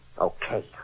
Okay